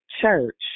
church